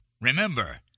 Remember